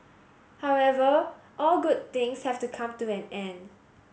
however all good things have to come to an end